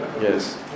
Yes